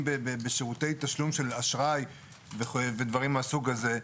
בשירותי תשלום של אשראי ודברים מהסוג הזה.